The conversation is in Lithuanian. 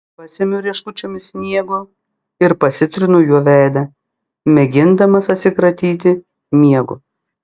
pasemiu rieškučiomis sniego ir pasitrinu juo veidą mėgindamas atsikratyti miego